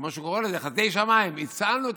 כמו שהוא קורא לזה "חסדי שמיים" את הדמוקרטיה,